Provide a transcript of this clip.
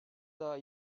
daha